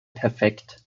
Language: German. perfekt